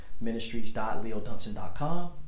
ministries.leodunson.com